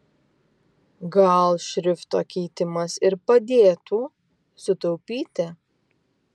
gal šrifto keitimas ir padėtų sutaupyti